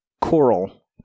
Coral